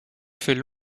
fait